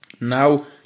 now